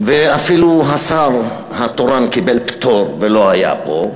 ואפילו השר התורן קיבל פטור ולא היה פה.